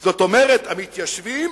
זאת אומרת: המתיישבים